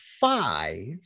five